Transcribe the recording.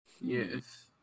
Yes